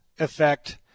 effect